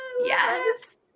Yes